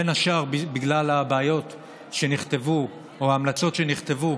בין השאר בגלל ההמלצות שנכתבו